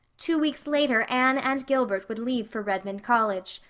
two weeks later anne and gilbert would leave for redmond college.